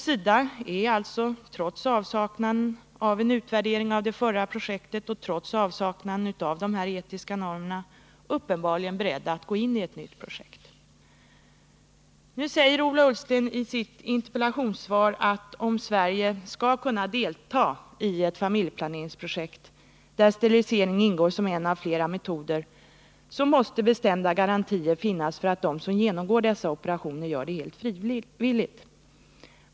SIDA är alltså trots avsaknaden av en utvärdering av det första projektet och trots avsaknaden av de här etiska normerna uppenbarligen beredd att gå in i ett nytt projekt. Ola Ullsten säger i sitt interpellationssvar: ”Om Sverige skall kunna delta i familjeplaneringsprojekt, där sterilisering ingår som en av flera metoder, måste bestämda garantier finnas för att de som genomgår dessa operationer gör det helt frivilligt.